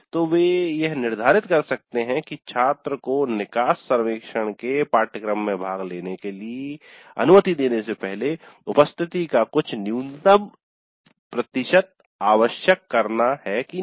तो वे यह निर्धारित कर सकते हैं कि छात्र को निकास सर्वेक्षण के पाठ्यक्रम में भाग लेने की अनुमति देने से पहले उपस्थिति का कुछ न्यूनतम प्रतिशत आवश्यक करना है की नहीं